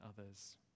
others